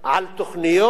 על תוכניות,